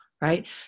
right